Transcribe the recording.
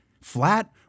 Flat